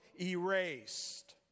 erased